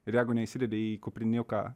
ir jeigu neįsidedi į kupriniuką